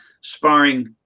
sparring